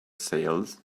sails